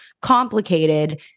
complicated